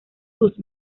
sus